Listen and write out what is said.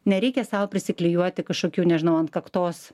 nereikia sau prisiklijuoti kažkokių nežinau ant kaktos